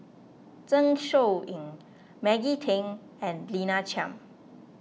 Zeng Shouyin Maggie Teng and Lina Chiam